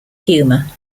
humour